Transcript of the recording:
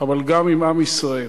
אבל גם עם עם ישראל.